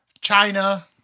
china